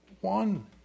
one